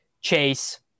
chase